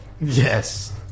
Yes